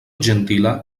ĝentila